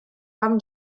haben